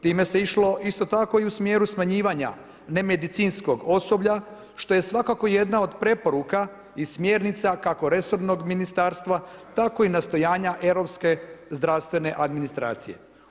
Time se išlo isto tako i u smjeru smanjivanja nemedicinskog osoblja što je svakako jedna od preporuka i smjernica kako resornog ministarstva, tako i nastojanja europske zdravstvene administracije.